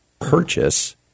purchase